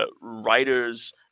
writers